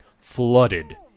flooded